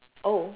oh